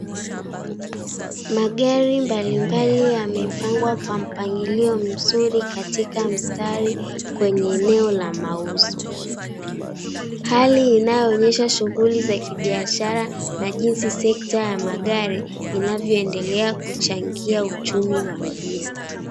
Magari mbalimbali yamepangwa kwa mpangilio mzuri katika mstari kwenye eneo la mauzo. Hali inayoonyesha shughuli za kibiashara na jinsi sekta ya magari inavyoendelea kuchangia uchumi wa mjini.